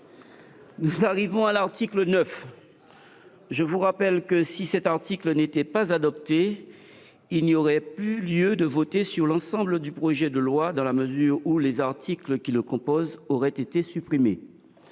l’examen de l’article 9. Je vous rappelle que, si cet article n’était pas adopté, il n’y aurait plus lieu de voter sur l’ensemble du projet de loi, dans la mesure où tous les articles qui le composent auraient été supprimés.